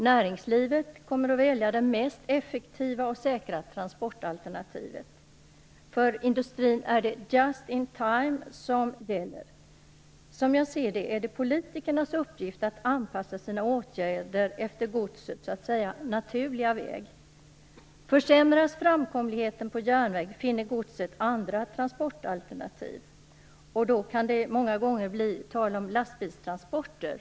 Näringslivet kommer att välja det mest effektiva och säkra transportalternativet. För industrin är det just in time som gäller. Som jag ser det är det politikernas uppgift att anpassa sina åtgärder efter godsets så att säga naturliga väg. Försämras framkomligheten på järnväg kommer man att finna andra transportalternativ för godset. Då kan det många gånger bli tal om lastbilstransporter.